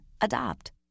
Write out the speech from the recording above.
Adopt